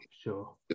sure